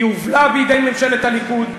היא הובלה בידי ממשלת הליכוד,